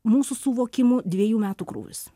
mūsų suvokimu dvejų metų krūvis